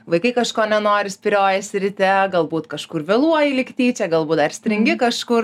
vaikai kažko nenori spyriojasi ryte galbūt kažkur vėluoji lyg tyčia galbūt dar stringi kažkur